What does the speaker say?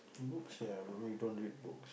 books ya I don't read don't read book